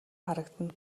харагдана